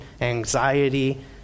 anxiety